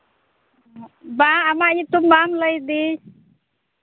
ᱵᱟᱝ ᱟᱢᱟᱜ ᱧᱩᱛᱩᱢ ᱵᱟᱢ ᱞᱟᱹᱭ ᱟᱹᱫᱤᱧ